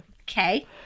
Okay